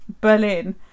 Berlin